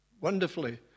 Wonderfully